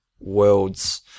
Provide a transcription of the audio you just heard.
world's